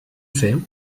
fer